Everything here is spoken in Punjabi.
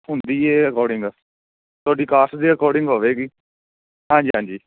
ਹੁੰਦੀ ਹੈ ਅਕੋਰਡਿੰਗ ਤੁਹਾਡੀ ਕਾਸਟ ਦੇ ਅਕੋਰਡਿੰਗ ਹੋਵੇਗੀ ਹਾਂਜੀ ਹਾਂਜੀ